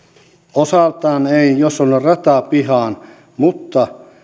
osaltaan ei jos tullaan ratapihaan mutta